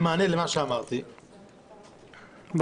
מכיוון שנקבעו עוד כמה דיונים ויש מוזמנים,